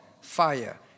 fire